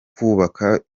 kwubaka